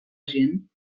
gent